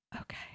Okay